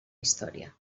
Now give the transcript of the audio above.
història